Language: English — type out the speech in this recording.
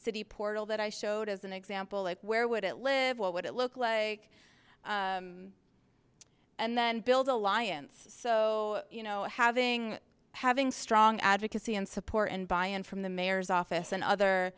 city portal that i showed as an example of where would it live what would it look like and then build alliance so you know having having strong advocacy and support and buy in from the mayor's office and other